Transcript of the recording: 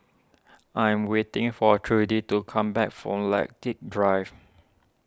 I am waiting for Trudi to come back from Lilac Drive